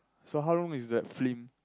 so how long is that film